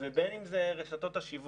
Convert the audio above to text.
ובין אם אלה רשתות השיווק.